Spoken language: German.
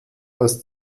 aus